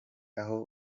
aho